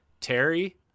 Terry